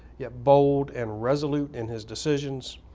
yet bold and resolute in his decisions,